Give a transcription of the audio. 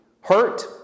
hurt